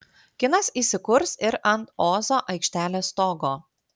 kinas įsikurs ir ant ozo aikštelės stogo